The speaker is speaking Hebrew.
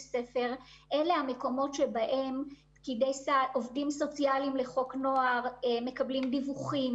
אלה המקומות שבהם עובדים סוציאליים לחוק הנוער מקבלים דיווחים,